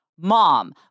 mom